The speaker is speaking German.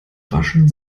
waschen